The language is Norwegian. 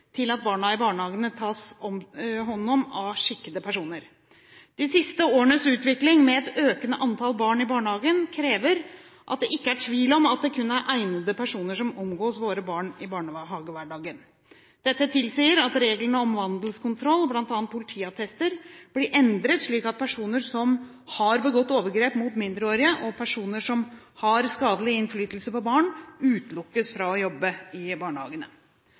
til at barna i barnehagene tas hånd om av skikkede personer. De siste årenes utvikling, med et økende antall barn i barnehagen, krever at det ikke er tvil om at det kun er egnede personer som omgås våre barn i barnehagehverdagen. Dette tilsier at reglene om vandelskontroll, bl.a. politiattester, blir endret slik at personer som har begått overgrep mot mindreårige, og personer som har skadelig innflytelse på barn, utelukkes fra å jobbe i barnehagene.